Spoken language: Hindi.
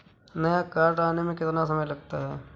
नया कार्ड आने में कितना समय लगता है?